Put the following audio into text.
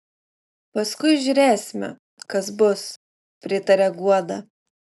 paskui žiūrėsime kas bus pritaria guoda